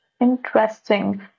Interesting